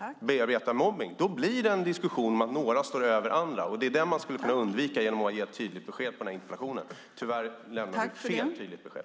med att bearbeta mobbning blir det en diskussion om att några står över andra. Den skulle man kunna undvika genom att ge ett tydligt besked i interpellationssvaret. Tyvärr lämnar du fel tydligt besked.